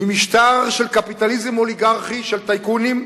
ממשטר של קפיטליזם אוליגרכי, של טייקונים,